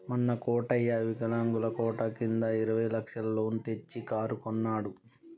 మొన్న కోటయ్య వికలాంగుల కోట కింద ఇరవై లక్షల లోన్ తెచ్చి కారు కొన్నడు